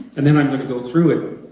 and then i'm gonna go through it,